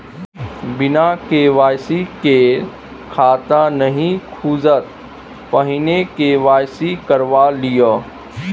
बिना के.वाई.सी केर खाता नहि खुजत, पहिने के.वाई.सी करवा लिअ